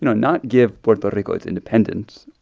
you know not give puerto rico its independence.